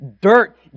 Dirt